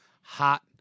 hot